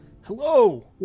Hello